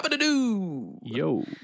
Yo